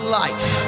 life